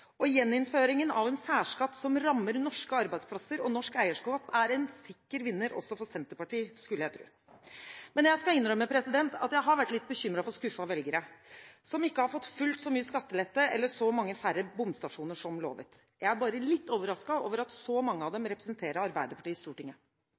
forskjeller. Gjeninnføringen av en særskatt som rammer norske arbeidsplasser og norsk eierskap, er en sikker vinner – også for Senterpartiet, skulle jeg tro. Men jeg skal innrømme at jeg har vært litt bekymret for skuffede velgere som ikke har fått fullt så mye skattelette, eller så mange færre bomstasjoner, som lovet. Jeg er bare litt overrasket over at så mange av dem